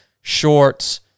shorts